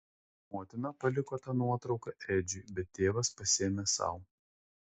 motina paliko tą nuotrauką edžiui bet tėvas pasiėmė sau